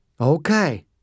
Okay